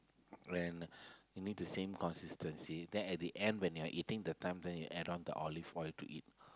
and you need the same consistency then at the end when you're eating the time then you add on the olive oil to eat